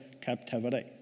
captivity